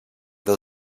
del